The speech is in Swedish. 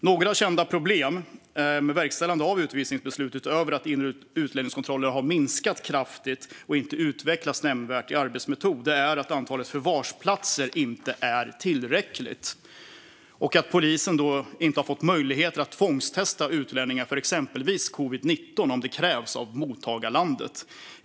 Några kända problem med verkställande av utvisningsbeslut, utöver att inre utlänningskontroller har minskat kraftigt och inte utvecklats nämnvärt i arbetsmetod, är att antalet förvarsplatser inte är tillräckligt. Polisen har inte fått möjlighet att tvångstesta utlänningar för exempelvis covid-19 om det krävs av mottagarlandet.